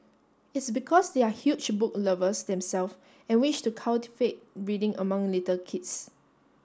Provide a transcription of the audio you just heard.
it's because they are huge book lovers themself and wish to cultivate reading among little kids